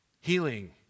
healing